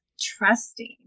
trusting